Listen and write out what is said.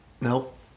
Nope